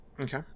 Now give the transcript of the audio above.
Okay